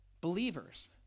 believers